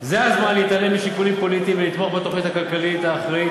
זה הזמן להתעלם משיקולים פוליטיים ולתמוך בתוכנית הכלכלית האחראית,